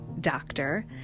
doctor